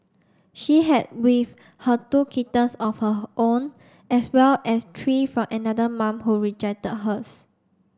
she had with her two kittens of her own as well as three from another mum who rejected hers